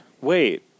Wait